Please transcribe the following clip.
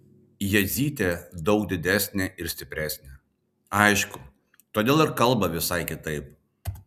jadzytė daug didesnė ir stipresnė aišku todėl ir kalba visai kitaip